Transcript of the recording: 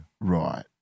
Right